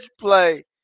play